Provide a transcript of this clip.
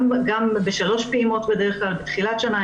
בדרך כלל בשלוש פעימות בתחילת שנה,